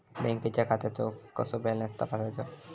बँकेच्या खात्याचो कसो बॅलन्स तपासायचो?